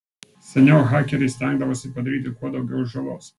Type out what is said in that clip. seniau hakeriai stengdavosi padaryti kuo daugiau žalos